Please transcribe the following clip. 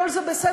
כל זה בסדר.